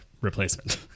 replacement